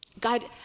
God